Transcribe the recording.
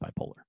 bipolar